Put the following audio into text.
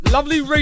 Lovely